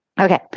Okay